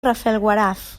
rafelguaraf